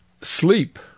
sleep